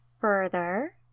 further